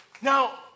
Now